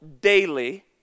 daily